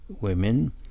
women